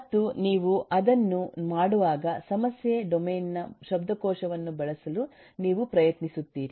ಮತ್ತು ನೀವು ಅದನ್ನು ಮಾಡುವಾಗ ಸಮಸ್ಯೆಯ ಡೊಮೇನ್ ನ ಶಬ್ದಕೋಶವನ್ನು ಬಳಸಲು ನೀವು ಪ್ರಯತ್ನಿಸುತ್ತೀರಿ